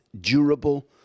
durable